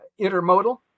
intermodal